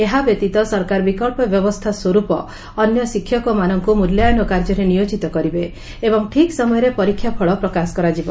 ଏହାବ୍ୟତୀତ ସରକାର ବିକ ସ୍ୱରୂପ ଅନ୍ୟ ଶିକ୍ଷକମାନଙ୍କୁ ମୂଲ୍ୟାୟନ କାର୍ଯ୍ୟରେ ନିୟୋକିତ କରିବେ ଏବଂ ଠିକ୍ ସମୟରେ ପରୀକ୍ଷା ଫଳ ପ୍ରକାଶ କରାଯିବ